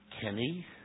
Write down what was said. Kenny